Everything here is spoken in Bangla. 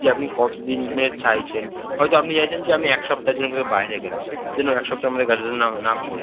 যে আপনি কত দিনের চাইছেন হয়তো আপনি চাইছেন যে আমি এক সপ্তায়ের জন্য কোথাও বাইরে গেলাম সেজন্য এক সপ্তায়ের মধ্যে গাছটা যেন না না মরে যায়